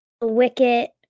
wicket